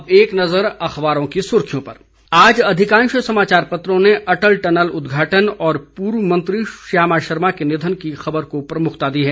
अब एक नजर अखबारों की सुर्खियों पर आज अधिकांश समाचार पत्रों ने अटल टनल उद्घाटन और पूर्व मंत्री श्यामा शर्मा के निधन की खबर को प्रमुखता दी है